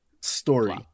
story